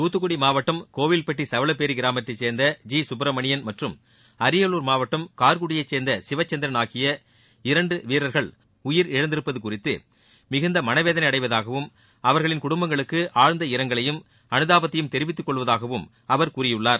தூத்துக்குடி மாவட்டம் கோவில்பட்டி சவலய்பேரி கிராமத்தைச் சேர்ந்த ஜி சுப்பிரமணியன் மற்றும் அரியலூர் மாவட்டம் கார்குடியைச் சேர்ந்த சிவச்சந்திரன் ஆகிய இரண்டு வீரர்கள் உயிரிழந்திருப்பது குறித்து மிகுந்த மனவேதனை அடைவதாகவும் அவர்களின் குடும்பங்களுக்கு ஆழ்ந்த இரங்கலையும் அனுதாபத்தையும் தெரிவித்துக் கொள்வதாக அவர் கூறியுள்ளார்